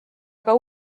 aga